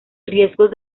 riesgos